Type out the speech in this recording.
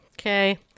okay